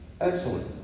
Excellent